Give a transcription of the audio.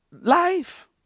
life